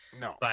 No